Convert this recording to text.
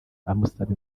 amusaba